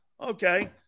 Okay